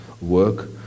work